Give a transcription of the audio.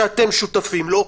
שאתם שותפים לו,